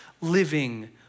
living